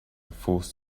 forced